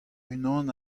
unan